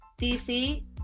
DC